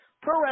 pro